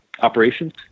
operations